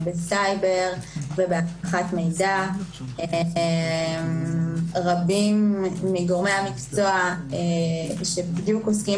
בסייבר ובאבטחת מידע; רבים מגורמי המקצוע שבדיוק עוסקים